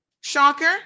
Shocker